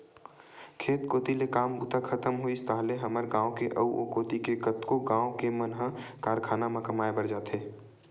खेत कोती ले काम बूता खतम होइस ताहले हमर गाँव के अउ ओ कोती के कतको गाँव के मन ह कारखाना म कमाए बर जाथे